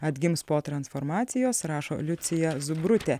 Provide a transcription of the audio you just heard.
atgims po transformacijos rašo liucija zubrutė